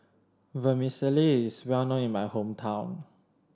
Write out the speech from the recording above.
vermicelli is well known in my hometown